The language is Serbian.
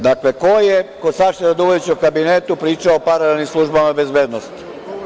Dakle, ko je kod Saše Radulovića u kabinetu pričao o paralelnim službama bezbednosti?